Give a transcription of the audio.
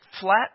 flat